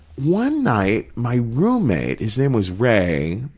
one night, my roommate, his name was ray,